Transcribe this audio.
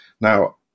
Now